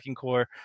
core